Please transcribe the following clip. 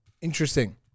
Interesting